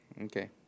Okay